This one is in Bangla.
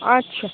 আচ্ছা